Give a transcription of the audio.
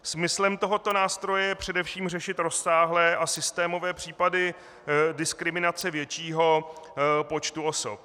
Smyslem tohoto nástroje je především řešit rozsáhlé a systémové případy diskriminace většího počtu osob.